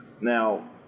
now